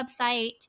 website